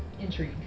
Intrigue